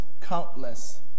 countless